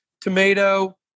tomato